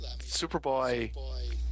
Superboy